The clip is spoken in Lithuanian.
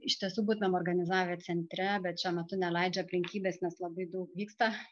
iš tiesų būtumėm organizavę centre bet šiuo metu neleidžia aplinkybės nes labai daug vyksta